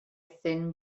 thin